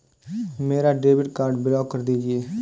मेरा debit card block कर दीजिए